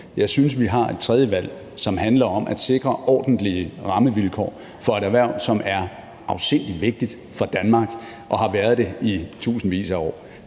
Jeg synes, vi har et tredje valg, som handler om at sikre ordentlige rammevilkår for et erhverv, som er afsindig vigtigt for Danmark og har været det i tusindvis af år.